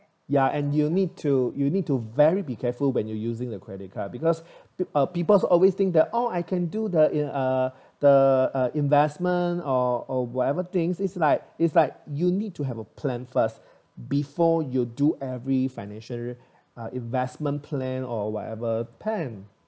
ya and you need to you need to very be careful when you're using the credit card because uh people always think that oh I can do that uh the investment or whatever things is like is like you need to have a plan first before you do every financial investment plan or whatever plan